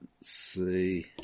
see